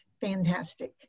fantastic